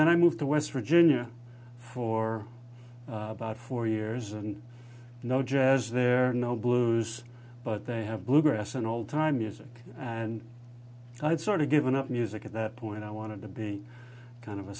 then i moved to west virginia for about four years and no jazz there are no blues but they have bluegrass and old time music and i had sort of given up music at that point i wanted to be kind of a